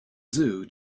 zoo